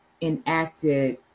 enacted